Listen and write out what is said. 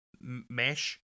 mesh